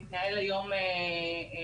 מתנהל היום בג"ץ,